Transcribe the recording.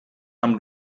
amb